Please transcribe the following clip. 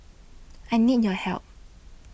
I need your help